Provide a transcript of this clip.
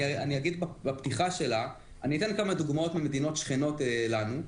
אני אתן כמה דוגמאות ממדינות שכנות לנו,